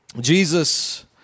Jesus